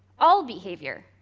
all behavior,